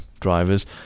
drivers